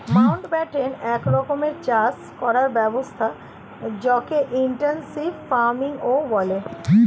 Mountbatten এক রকমের চাষ করার ব্যবস্থা যকে ইনটেনসিভ ফার্মিংও বলে